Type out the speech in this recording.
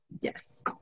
yes